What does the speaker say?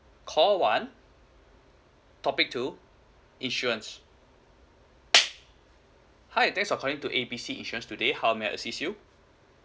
call one topic two insurance hi thanks for calling to A B C insurance today how may I assist you